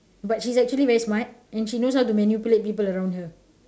but she is actually very smart and she knows how to manipulate people around her